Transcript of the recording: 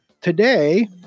today